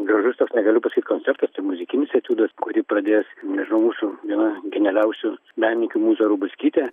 gražus toks negaliu pasakyt koncertas tai muzikinis etiudas kurį pradės nežianu mūsų viena genealiausių menininkių mūza rubackytė